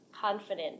confident